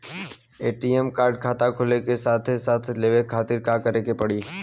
ATM card खाता खुले के साथे साथ लेवे खातिर का करे के पड़ी?